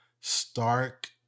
stark